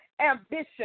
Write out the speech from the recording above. ambition